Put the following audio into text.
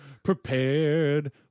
Prepared